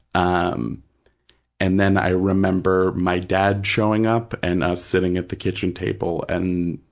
um and then i remember my dad showing up and us sitting at the kitchen table and